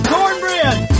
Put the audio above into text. Cornbread